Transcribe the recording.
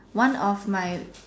one of my